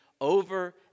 over